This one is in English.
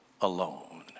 alone